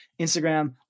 Instagram